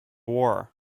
war